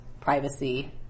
privacy